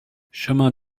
chemin